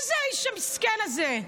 מה זה האיש המסכן הזה?